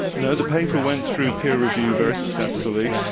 no, the paper went through peer review very successfully.